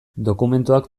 dokumentuak